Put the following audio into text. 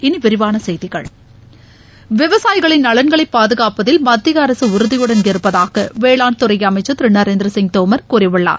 இனி விரிவான செய்திகள் விவசாயிகளின் நலன்களை பாதுகாப்பதில் மத்திய அரசு உறுதியுடன் இருப்பதாக வேளாண் துறை அமைச்சர் திரு நரேந்திர சிங் தோமர் கூறியுள்ளார்